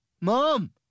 Mom